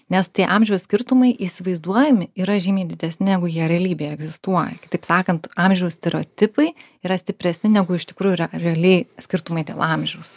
nes tie amžiaus skirtumai įsivaizduojami yra žymiai didesni negu jie realybėj egzistuoja kitaip sakant amžiaus stereotipai yra stipresni negu iš tikrųjų yra realiai skirtumai dėl amžiaus